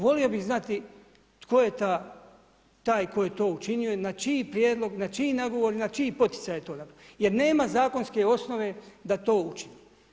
Volio bi znati tko je taj tko je to učinio i na čiji prijedlog, na čiji nagovor i na čiji poticaj je to napravio jer nema zakonske osnove da to učini.